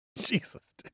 Jesus